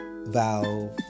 valve